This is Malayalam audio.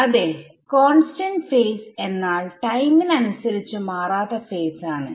അതേ കോൺസ്റ്റന്റ് ഫേസ്എന്നാൽ ടൈമിന് അനുസരിച്ചു മാറാത്ത ഫേസ് ആണ്